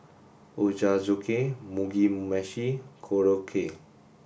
Ochazuke Mugi Meshi Korokke